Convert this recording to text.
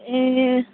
ए